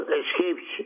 escapes